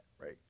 right